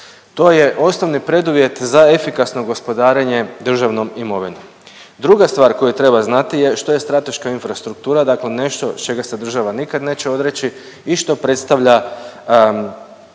To je osnovni preduvjet za efikasno gospodarenje državnom imovinom. Druga stvar koju treba znati je što je strateška infrastruktura? Dakle nešto čega se država nikad neće odreći i što predstavlja